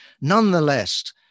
Nonetheless